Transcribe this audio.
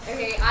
Okay